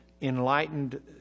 Enlightened